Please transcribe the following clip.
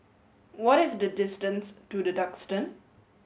what is the distance to The Duxton